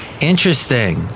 interesting